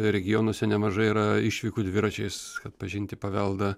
regionuose nemažai yra išvykų dviračiais atpažinti paveldą